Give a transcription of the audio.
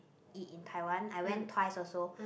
it in Taiwan I went twice also